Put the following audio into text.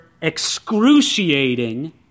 excruciating